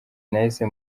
nahise